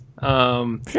Sure